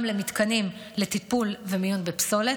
גם למתקנים לטיפול ומיון בפסולת,